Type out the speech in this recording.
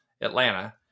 Atlanta